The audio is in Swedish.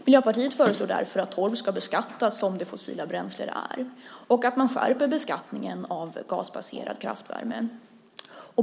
Miljöpartiet föreslår att torv ska beskattas som det fossila bränsle det är och att man skärper beskattningen av gasbaserad kraftvärme.